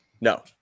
No